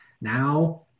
now